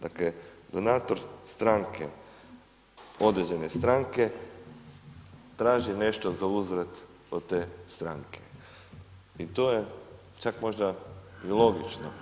Dakle, donator stranke određene stranke, traži nešto za uzvrat od te stranke i to je čak možda i logično.